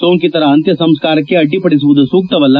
ಸೋಂಕಿತರ ಅಂತ್ಯ ಸಂಸ್ಕಾರಕ್ಕೆ ಅಡ್ಡಿ ಪಡಿಸುವುದು ಸೂಕ್ತವಲ್ಲ